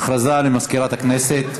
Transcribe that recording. הודעה למזכירת הכנסת.